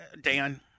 Dan